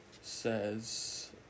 says